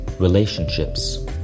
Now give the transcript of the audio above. relationships